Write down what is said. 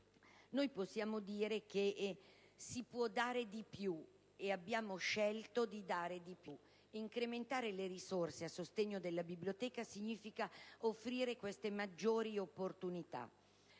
Possiamo dire che «si può dare di più» ed abbiamo scelto di farlo: incrementare le risorse a sostegno della biblioteca significa offrire maggiori opportunità.